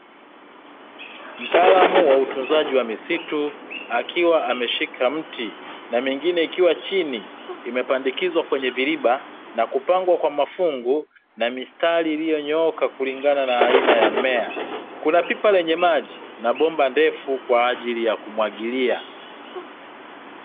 Mtaalamu wa utunzaji wa misitu akiwa ameshika mti na mengine ikiwa chini, imepandikizwa kwenye viriba na kupangwa kwa mafungu na mistari iliyonyooka kulingana na aina ya mmea. Kuna pipa lenye maji na bomba ndefu kwa ajili ya kumwagilia.